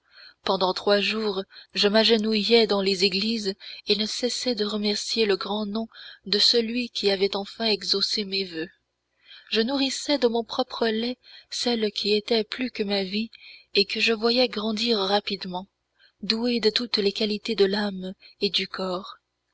pendant trois jours je m'agenouillai dans les églises et ne cessai de remercier le grand nom de celui qui avait enfin exaucé mes voeux je nourrissais de mon propre lait celle qui était plus que ma vie et que je voyais grandir rapidement douée de toutes les qualités de l'âme et du corps